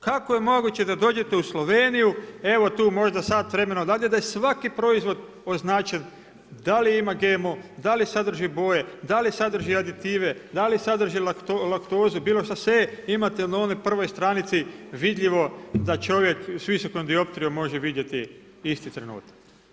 Kako je moguće da dođete u Sloveniju, evo tu možda sat vremena odavde, da je svaki proizvod označen da li ima GMO, da li sadrži boje, da li sadrži aditive, da li sadrži laktozu, bilo šta, sve imate na onoj prvoj stranici vidljivo da čovjek s visokom dioptrijom može vidjeti isti trenutak.